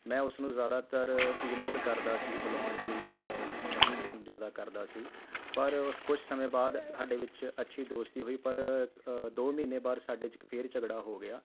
ਮੈਂ ਉਸ ਨੂੰ ਜ਼ਿਆਦਾਤਰ ਇਗਨੋਰ ਕਰਦਾ ਸੀ ਬੁਲਾਉਣ ਲਈ ਨਹੀਂ ਜ਼ਿਆਦਾ ਕਰਦਾ ਸੀ ਪਰ ਕੁਝ ਸਮੇਂ ਬਾਅਦ ਸਾਡੇ ਵਿੱਚ ਅੱਛੀ ਦੋਸਤੀ ਹੋਈ ਪਰ ਦੋ ਮਹੀਨੇ ਬਾਅਦ ਸਾਡੇ 'ਚ ਇੱਕ ਫਿਰ ਝਗੜਾ ਹੋ ਗਿਆ